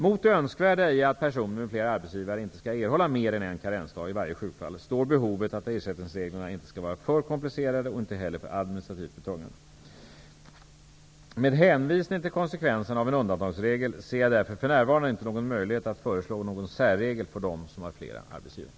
Mot det önskvärda i att personer med flera arbetsgivare inte skall erhålla mer än en karensdag i varje sjukfall står behovet att ersättningsreglerna inte skall vara för komplicerade och inte heller för administrativt betungande. Med hänvisning till konsekvenserna av en undantagsregel ser jag därför för närvarande inte någon möjlighet att föreslå någon särregel för dem som har flera arbetsgivare.